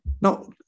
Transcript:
Now